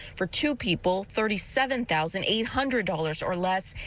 for two people, thirty seven thousand eight hundred dollars or less.